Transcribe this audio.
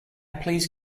please